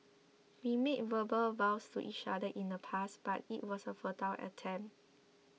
we made verbal vows to each other in the past but it was a futile attempt